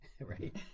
Right